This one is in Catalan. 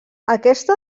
aquesta